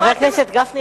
חבר הכנסת גפני,